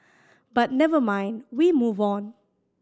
but never mind we move on